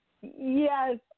Yes